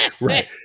Right